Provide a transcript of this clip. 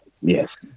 Yes